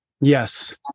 Yes